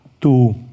two